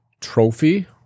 trophy